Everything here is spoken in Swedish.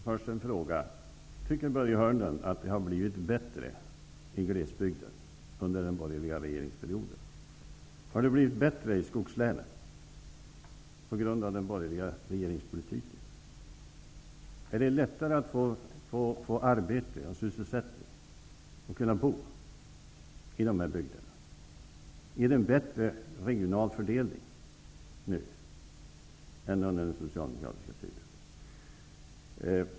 Herr talman! Först några frågor. Tycker Börje Hörnlund att det har blivit bättre i glesbygden under den borgerliga regeringsperioden? Har det blivit bättre i skogslänen på grund av den borgerliga regeringspolitiken? Är det lättare att få arbete, sysselsättning och att kunna bo i dessa bygder? Är det en bättre regional fördelning nu än under den socialdemokratiska tiden?